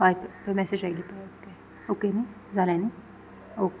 हय मॅसेज आयली पयात पयात ओके न्ही जालें न्ही ओके